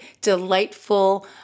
delightful